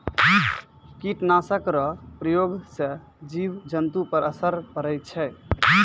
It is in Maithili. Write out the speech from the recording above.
कीट नाशक रो प्रयोग से जिव जन्तु पर असर पड़ै छै